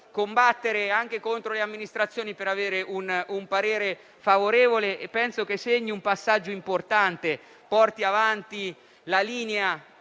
combattere anche contro le amministrazioni per avere un parere favorevole. Penso che segni un passaggio importante e porti avanti ciò